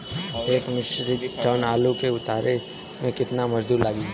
एक metric ton आलू के उतारे मे कितना मजदूर लागि?